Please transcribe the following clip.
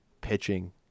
pitching